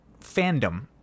fandom